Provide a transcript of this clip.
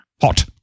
Hot